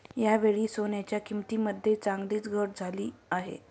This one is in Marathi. यावेळी सोन्याच्या किंमतीमध्ये चांगलीच घट झाली आहे